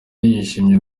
yishimiye